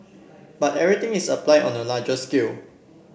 but everything is applied on a larger scale